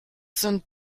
sind